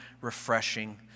refreshing